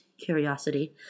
curiosity